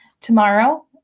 tomorrow